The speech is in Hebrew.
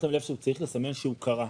שמתם לב שהוא צריך לסמן שהוא קרא.